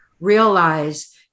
realize